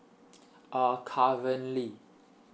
uh currently